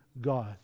God